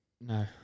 no